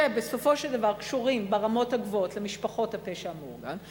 שבסופו של דבר קשורים ברמות הגבוהות למשפחות הפשע המאורגן,